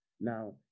now